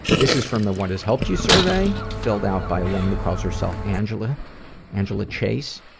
this is from the what has helped you survey filled out by a woman who calls herself angela angela chase.